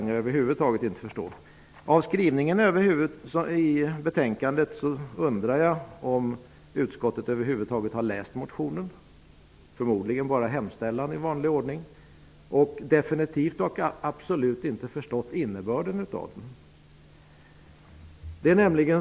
Jag undrar om utskottet över huvud taget har läst motionen -- i vanlig ordning förmodligen bara hemställan. Utskottet har absolut inte förstått innebörden av motionen.